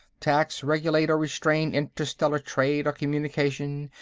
tax, regulate or restrain interstellar trade or communication.